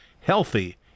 healthy